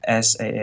SAA